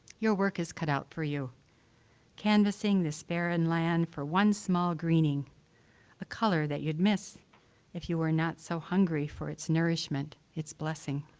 your work is cut out for you canvassing this barren land for one small greening a color that you'd miss if you were no so hungry for its nourishment, its blessing.